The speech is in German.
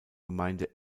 gemeinde